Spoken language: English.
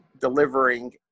delivering